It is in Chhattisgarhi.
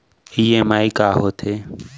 ई.एम.आई का होथे?